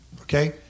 okay